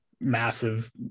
massive